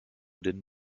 den